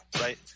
right